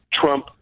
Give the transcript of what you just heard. Trump